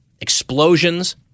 explosions –